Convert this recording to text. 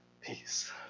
peace